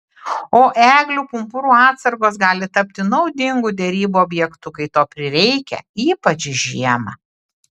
o eglių pumpurų atsargos gali tapti naudingu derybų objektu kai to prireikia ypač žiemą